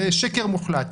זה שקר מוחלט.